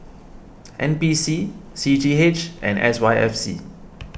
N P C C G H and S Y F C